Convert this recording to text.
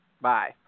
bye